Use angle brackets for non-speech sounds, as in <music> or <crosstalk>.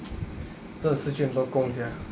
<noise> 真的失去很多工 sia